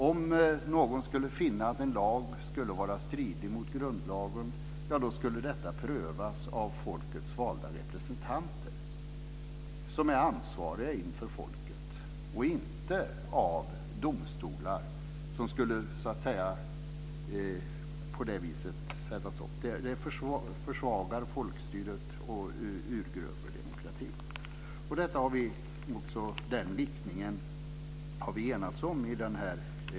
Om någon skulle finna att en lag skulle strida mot grundlagen, skulle detta prövas av folkets valda representanter som är ansvariga inför folket och inte av domstolar, som på det sättet skulle försvaga folkstyret och urgröpa demokratin. Vi har enats om den riktningen i reservationen.